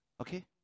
Okay